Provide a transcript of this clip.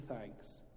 thanks